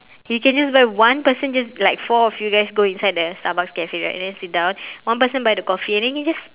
you can just buy one person just like four of you guys go inside the starbucks cafe right and then sit down one person buy the coffee and then you just